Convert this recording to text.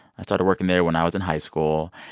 i started working there when i was in high school.